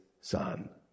son